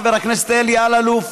חבר הכנסת אלי אלאלוף,